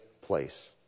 place